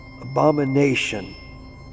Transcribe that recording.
abomination